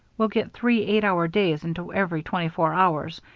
we'll get three eight-hour days into every twenty-four hours,